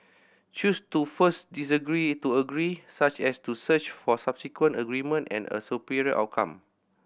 choose to first disagree to agree such as to search for subsequent agreement and a superior outcome